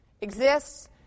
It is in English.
Exists